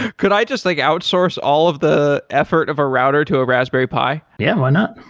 could i just like outsource all of the effort of a router to a raspberry pi? yeah, why not?